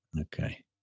okay